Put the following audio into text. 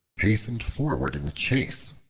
hastened forward in the chase.